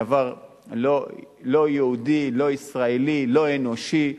דבר לא יהודי, לא ישראלי, לא אנושי,